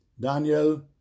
Daniel